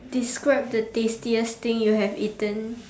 describe the tastiest thing you have eaten